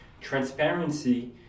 Transparency